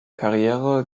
karriere